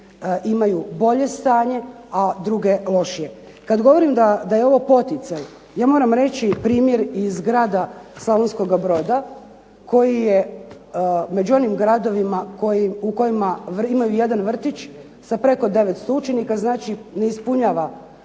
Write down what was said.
imaju bolje stanje, a druge lošije. Kad govorim da je ovo poticaj, ja moram reći primjer iz grada Slavonskoga Broda, koji je među onim gradovima u kojima imaju jedan vrtić sa preko 900 učenika, znači ne ispunjava